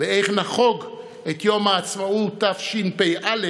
ואיך נחוג את יום העצמאות תשפ"א